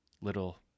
little